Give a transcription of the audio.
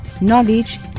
knowledge